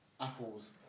apple's